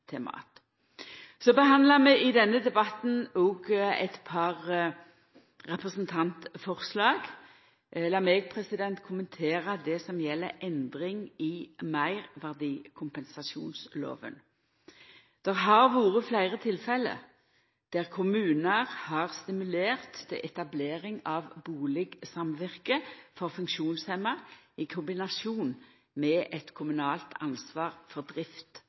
til mat. Vi behandlar i denne debatten òg eit par representantforslag. Lat meg kommentera det som gjeld endring i lov om kompensasjon for meirverdiavgift. Det har vore fleire tilfelle der kommunar har stimulert til etablering av bustadsamvirke for funksjonshemma i kombinasjon med eit kommunalt ansvar for